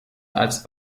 als